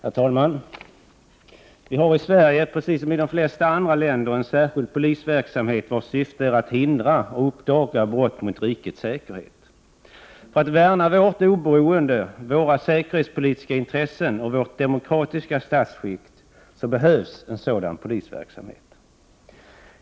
Herr talman! Vi har i Sverige, precis som i de flesta andra länder, en särskild polisverksamhet vars syfte är att hindra och uppdaga brott mot rikets säkerhet. För att värna vårt oberoende, våra säkerhetspolitiska intressen och vårt demokratiska statsskick behövs en sådan polisverksamhet.